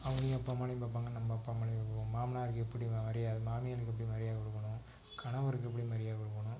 அவங்க அப்பா அம்மாலையும் பார்ப்பாங்க நம்ம அப்பா அம்மாலையும் பார்ப்பாங்க மாமனாருக்கு எப்படி மரியாதை மாமியாருக்கு எப்படி மரியாதை கொடுக்கணும் கணவருக்கு எப்படி மரியாதை கொடுக்கணும்